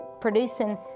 producing